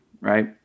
right